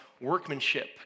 workmanship